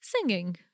singing